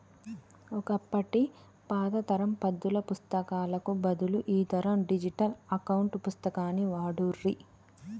ఒకప్పటి పాత తరం పద్దుల పుస్తకాలకు బదులు ఈ తరం డిజిటల్ అకౌంట్ పుస్తకాన్ని వాడుర్రి